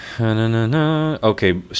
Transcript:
Okay